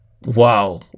Wow